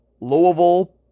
Louisville